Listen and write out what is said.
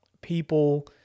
People